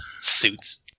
suits